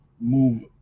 move